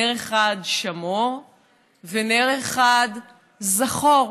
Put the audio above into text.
נר אחד שמור ונר אחד זכור,